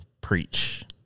preach